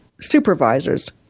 supervisors